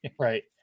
Right